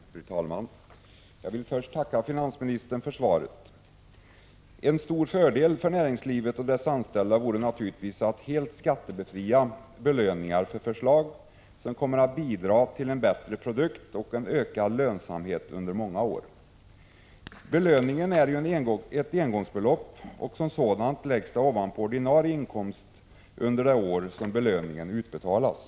Fru talman! Jag vill först tacka finansministern för svaret. En stor fördel för näringslivet och dess anställda vore naturligtvis att helt skattebefria belöningar för förslag som kommer att bidra till en bättre produkt och ökad lönsamhet under många år. Belöningen är ett engångsbelopp, och som sådant läggs det ovanpå ordinarie inkomst under det år som belöningen utbetalas.